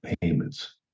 payments